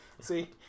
see